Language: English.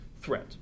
threat